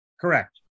Correct